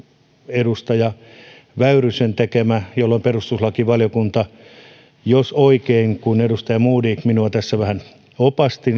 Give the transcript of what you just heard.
edustaja väyrysen tekemä jolloin perustuslakivaliokunta katsoi jos oikein ymmärrän kun edustaja modig minua tässä vähän opasti